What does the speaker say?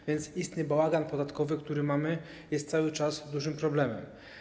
A więc istny bałagan podatkowy, który mamy, jest cały czas dużym problemem.